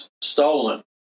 stolen